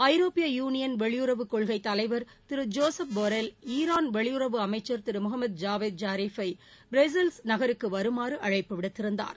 ஐரோப்பிய யூனியன் வெளியுறவு கொள்கைத் தலைவர் திரு ஜோசப் போரெல் ஈரான் வெளியுறவு அமைச்சர் திரு முகமத் ஜாவேத் ஜாரீஃபை பிரெசெல்ஸ் நகருக்கு வருமாறு அழைப்பு விடுத்திருந்தார்